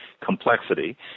complexity